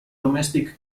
domestic